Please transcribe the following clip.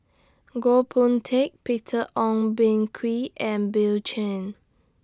Goh Boon Teck Peter Ong Boon Kwee and Bill Chen